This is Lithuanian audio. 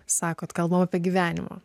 sakot kalbam apie gyvenimą